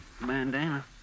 bandana